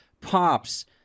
pops